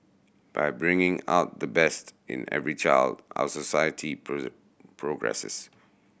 by bringing out the best in every child our society progresses